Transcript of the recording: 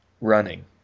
Running